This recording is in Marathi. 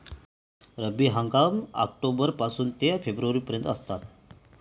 रब्बी हंगाम ऑक्टोबर पासून ते फेब्रुवारी पर्यंत आसात